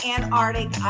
Antarctic